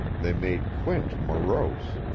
they made quint morose.